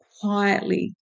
quietly